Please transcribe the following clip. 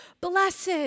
Blessed